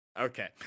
Okay